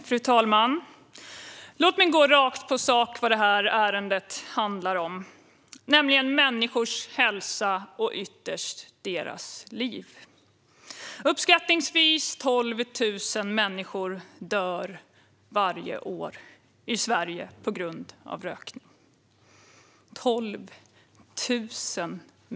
Fru talman! Låt mig gå rakt på sak om vad ärendet handlar om, nämligen människors hälsa och ytterst deras liv. Uppskattningsvis 12 000 människor dör varje år i Sverige på grund av rökning.